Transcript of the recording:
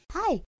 Hi